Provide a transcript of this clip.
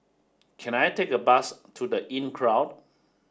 can I take a bus to The Inncrowd